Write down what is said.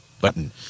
Button